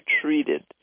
treated